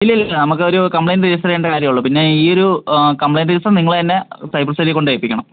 ഇല്ലില്ലില്ല നമക്കൊരു complaint register ചെയ്യേണ്ട കാര്യം ഉള്ളൂ പിന്നെ ഈ ഒരു കംപ്ലയിൻറ്റ് രജിസ്റ്റർ നിങ്ങൾ തന്നെ സൈബർ സെല്ലിൽ കൊണ്ടുപോയി ഏൽപ്പിക്കണം